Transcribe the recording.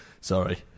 Sorry